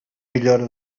millora